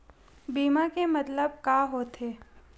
बीमा के मतलब का होथे?